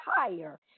higher